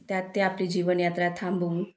त्यात ते आपली जीवनयात्रा थांबवून